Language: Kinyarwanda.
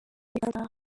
uganda